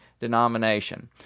denomination